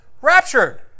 raptured